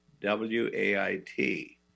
W-A-I-T